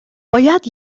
باید